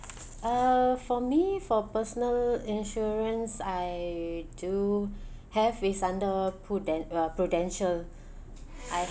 uh for me for personal insurance I do have is under pruden~ uh Prudential I